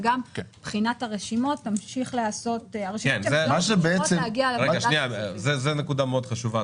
וגם הרשימות --- צריכות להגיע לוועדה --- זו נקודה מאוד חשובה.